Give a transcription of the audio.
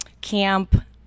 camp